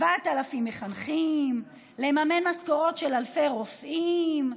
7,000 מחנכים, לממן משכורות של אלפי רופאים.